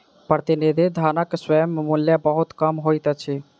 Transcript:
प्रतिनिधि धनक स्वयं मूल्य बहुत कम होइत अछि